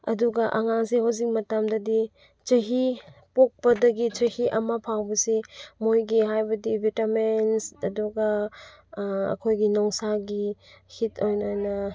ꯑꯗꯨꯒ ꯑꯉꯥꯡꯁꯦ ꯍꯧꯖꯤꯛ ꯃꯇꯝꯗꯗꯤ ꯆꯍꯤ ꯄꯣꯛꯄꯗꯒꯤ ꯆꯍꯤ ꯑꯃ ꯐꯥꯎꯕꯁꯦ ꯃꯣꯏꯒꯤ ꯍꯥꯏꯕꯗꯤ ꯚꯤꯇꯥꯃꯦꯟꯁ ꯑꯗꯨꯒ ꯑꯩꯈꯣꯏꯒꯤ ꯅꯨꯡꯁꯥꯒꯤ ꯍꯤꯠ ꯑꯣꯏꯅꯅ